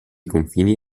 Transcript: confini